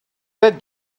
that